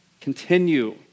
continue